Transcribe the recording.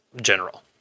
general